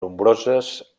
nombroses